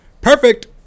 Perfect